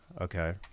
okay